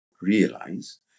realize